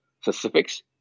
specifics